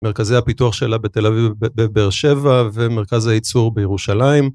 מרכזי הפיתוח שלה בתל אביב ובבאר שבע, ומרכז הייצור בירושלים